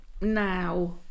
now